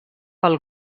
pel